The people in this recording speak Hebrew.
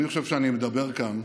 אני חושב שאני מדבר כאן,